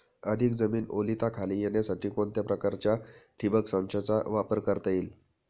अधिक जमीन ओलिताखाली येण्यासाठी कोणत्या प्रकारच्या ठिबक संचाचा वापर करता येईल?